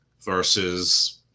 versus